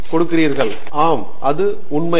பேராசிரியர் ஆண்ட்ரூ தங்கராஜ் ஆம் இது உண்மை